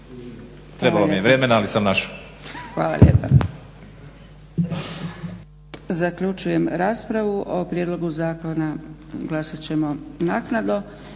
Trebalo mi je vremena ali sam našao. **Zgrebec, Dragica (SDP)** Hvala lijepa. Zaključujem raspravu o prijedlogu zakona. Glasat ćemo naknadno.